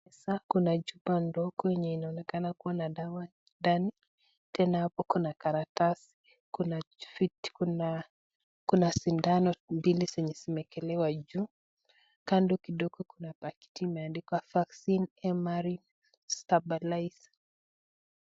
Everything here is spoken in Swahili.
Hii ni chupa ndogo yenye inaonekana kuna dawa ndani. Tena hapo kuna karatasi. Kuna kuna sindano mbili zenye zimekelea juu. Kando kidogo kuna pakiti imeandikwa 'vaccine MMR stabilize' .